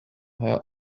her